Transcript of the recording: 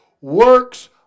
works